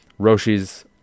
Roshi's